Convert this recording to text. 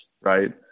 right